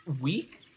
week